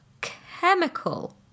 chemical